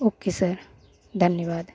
okay sir धन्यवाद